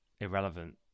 irrelevant